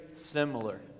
similar